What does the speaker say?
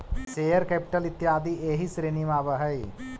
share capital इत्यादि एही श्रेणी में आवऽ हई